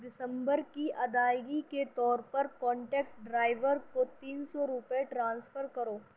دسمبر کی ادائیگی کے طور پر کانٹیکٹ ڈرائیور کو تین سو روپے ٹرانسفر کرو